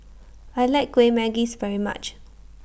I like Kueh Manggis very much